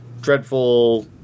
dreadful